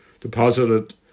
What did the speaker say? deposited